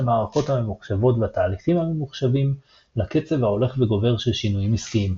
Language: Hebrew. המערכות הממוחשבות והתהליכים הממוחשבים לקצב ההולך וגובר של שינויים עסקיים.